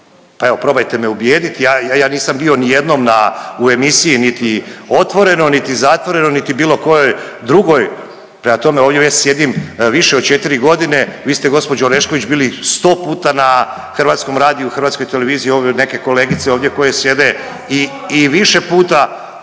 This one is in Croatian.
pa evo probajte me ubijediti, ja, ja, ja nisam bio ni jednom na u emisiji niti Otvoreno niti zatvoreno niti bilo kojoj drugoj. Prema tome ovdje već sjedim više od 4 godine, vi ste gospođo Orešković bili 100 puta na Hrvatskom radiju, Hrvatskoj televiziji. Ove neke kolegice ovdje koje sjede i više puta